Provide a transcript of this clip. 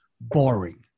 Boring